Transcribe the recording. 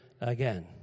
again